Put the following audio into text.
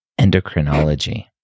endocrinology